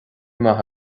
maith